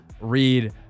read